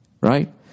Right